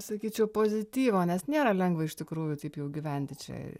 sakyčiau pozityvo nes nėra lengva iš tikrųjų taip jau gyventi čia